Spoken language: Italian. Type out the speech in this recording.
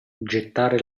gettare